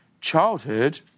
childhood